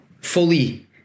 fully